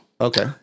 Okay